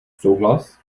souhlas